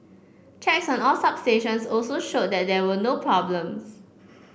checks on all substations also showed that there were no problems